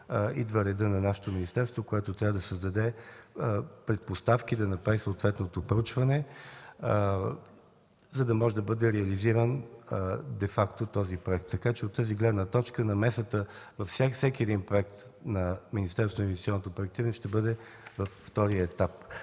идва редът на нашето министерство, което трябва да създаде предпоставки, да направи съответно проучване, за да бъде реализиран де факто проектът. От тази гледна точка, намесата във всеки проект на Министерството на инвестиционното проектиране ще бъде във втория етап.